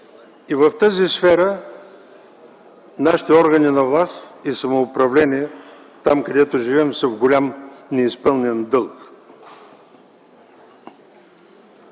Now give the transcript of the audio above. И в тази сфера нашите органи на власт и самоуправление там, където живеем, са в голям неизпълнен дълг.